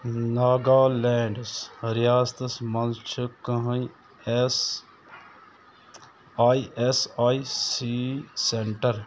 ناگالینٛڈٕ ریاستس مَنٛز چھِ کٕہٲنۍ S A S A C centre